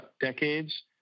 decades